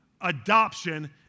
Adoption